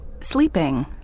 sleeping